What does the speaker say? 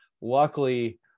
luckily